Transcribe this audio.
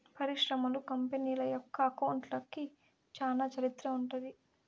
పరిశ్రమలు, కంపెనీల యొక్క అకౌంట్లకి చానా చరిత్ర ఉంటది